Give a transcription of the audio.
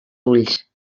ulls